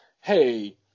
hey